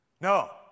No